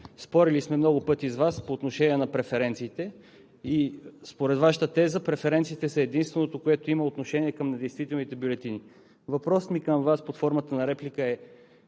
спорили сме много пъти с Вас по отношение на преференциите и според Вашата теза преференциите са единственото, което има отношение към недействителните бюлетини. Въпросът ми към Вас под формата на реплика е: